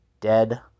Dead